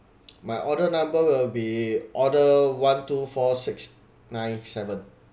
my order number will be order one two four six nine seven